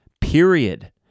period